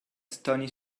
stony